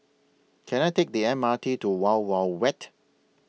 Can I Take The M R T to Wild Wild Wet